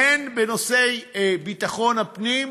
הן בנושאי ביטחון הפנים,